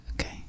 Okay